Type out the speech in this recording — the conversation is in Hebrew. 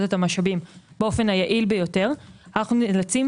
את המשאבים באופן היעיל שלהם אנו נאלצים